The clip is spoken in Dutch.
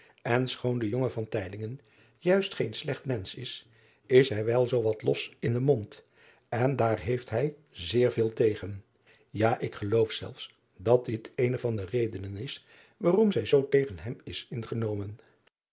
en schoon de jonge juist geen slecht mensch is is hij wel zoo wat los in den mond en daar heeft zij zeer veel tegen ja ik geloof zelfs dat dit eene van de redenen is waarom zij zoo tegen hem is ingenomen